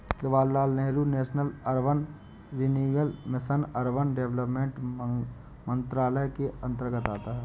Jawaharlal Nehru national urban renewal mission urban development मंत्रालय के अंतर्गत आता है